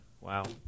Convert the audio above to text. wow